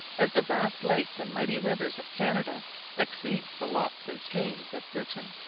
as the vast lakes and mighty rivers of canada exceed the locks and streams of britain.